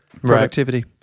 productivity